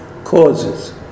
Causes